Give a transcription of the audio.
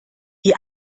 wie